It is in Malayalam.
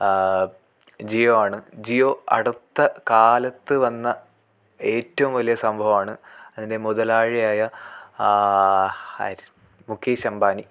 ജിയോ ആണ് ജിയോ അടുത്തകാലത്ത് വന്ന ഏറ്റവും വലിയ സംഭവവാണ് അതിൻ്റെ മുതലാളിയായ ആര് മുകേശ് അമ്പാനി